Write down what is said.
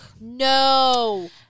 No